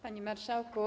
Panie Marszałku!